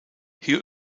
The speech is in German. hier